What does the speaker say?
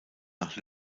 nach